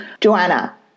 Joanna